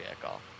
vehicle